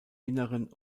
inneren